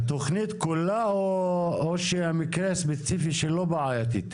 התכנית כולה או שהמקרה הספציפי שלו בעייתי.